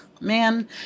man